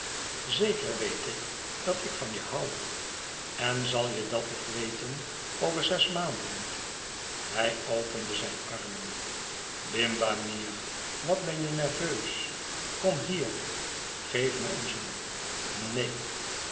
zeker weet ik dat ik vanje hou en zal je dat nog weten over zes maanden hij opende zijn armen bimba mia wat ben je nerveus kom hier geef me een zoen neen